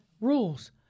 rules